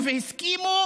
.